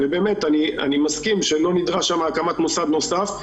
ואני מסכים שלא נדרשת שם הקמת מוסד נוסף.